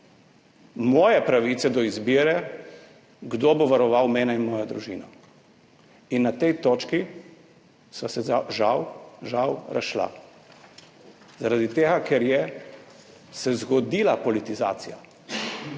moje pravice do izbire, kdo bo varoval mene in mojo družino. In na tej točki sva se žal, žal, razšla zaradi tega, ker je se zgodila politizacija